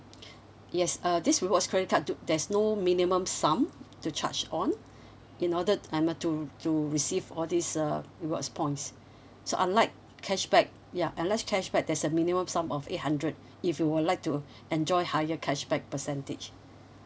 yes uh this rewards credit card do there's no minimum sum to charge on in order to I mean to to receive all this uh rewards points so unlike cashback ya unlike cashback there's a minimum sum of eight hundred if you would like to enjoy higher cashback percentage